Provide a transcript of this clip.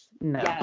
no